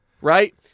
right